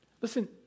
Listen